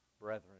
brethren